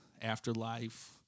Afterlife